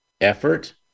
effort